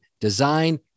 design